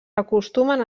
acostumen